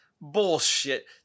bullshit